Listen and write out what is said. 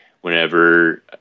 whenever